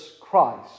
Christ